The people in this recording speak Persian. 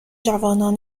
جوانان